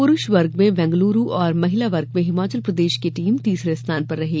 पुरूष वर्ग में बैंगलुरू और महिला वर्ग में हिमाचल प्रदेश की टीम तीसरे स्थान पर रही